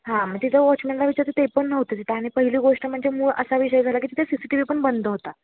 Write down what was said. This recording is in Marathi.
हां मग तिथे वॉचमनला विचारते ते पण नव्हते तिथे आणि पहिली गोष्ट म्हणजे मूळ असा विषय झाला की तिथे सी सी टी वी पण बंद होता